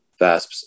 VASPs